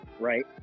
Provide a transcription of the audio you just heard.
right